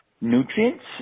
nutrients